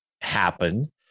happen